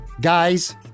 Guys